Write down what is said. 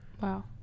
Wow